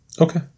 Okay